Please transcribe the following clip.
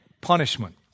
punishment